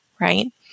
Right